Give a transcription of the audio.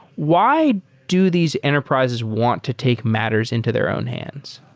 why do these enterprises want to take matters into their own hands?